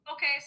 Okay